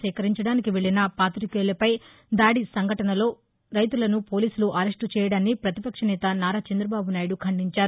సేకరించడానికి వెళ్ళిన పాతికేయులపై దాడి నంఘటనలో రైతులను పోలీనులు అరెస్టు చేయడాన్ని వతివక్ష నేత నారా చందబాబునాయుడు ఖండించారు